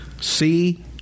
C-